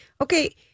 okay